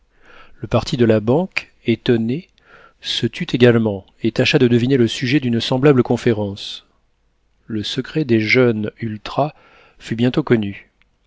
le parti de la banque étonné se tut également et tâcha de deviner le sujet d'une semblable conférence le secret des jeunes ultrà fut bientôt connu